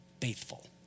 faithful